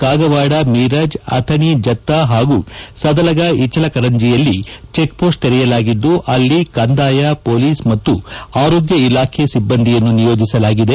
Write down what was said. ಕಾಗವಾಡ ಮಿರಜ್ ಅಥಣಿ ಜತ್ತ ಹಾಗೂ ಸದಲಗಾ ಇಚಲಕರಂಜಿಯಲ್ಲಿ ಚೆಕ್ಪೋಸ್ಟ್ ತೆರೆಯಲಾಗಿದ್ದು ಅಲ್ಲಿ ಕಂದಾಯ ಪೊಲೀಸ್ ಮತ್ತು ಆರೋಗ್ಯ ಇಲಾಖೆ ಸಿಬ್ಬಂದಿಯನ್ನು ನಿಯೋಜಿಸಲಾಗಿದೆ